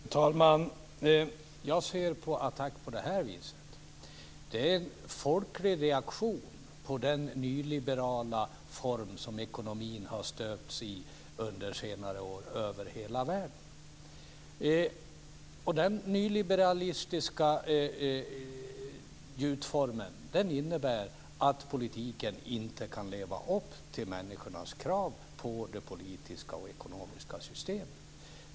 Fru talman! Jag ser på ATTAC på detta vis: Det är en folklig reaktion på den nyliberala form som ekonomin har stöpts i under senare år över hela världen. Den nyliberala gjutformen innebär att politiken inte kan leva upp till människornas krav på det politiska och ekonomiska systemet.